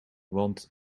want